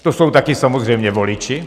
To jsou taky samozřejmě voliči.